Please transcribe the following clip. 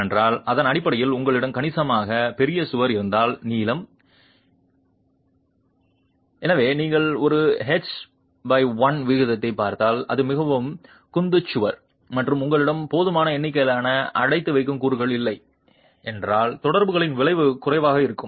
ஏனென்றால் அதன் அடிப்படையில் உங்களிடம் கணிசமாக பெரிய சுவர் இருந்தால் நீளம் எனவே நீங்கள் ஒரு hl விகிதத்தைப் பார்த்தால் அது மிகவும் குந்து சுவர் மற்றும் உங்களிடம் போதுமான எண்ணிக்கையிலான அடைத்து வைக்கும் கூறுகள் இல்லை என்றால் தொடர்புகளின் விளைவு குறைவாக இருக்கும்